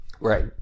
Right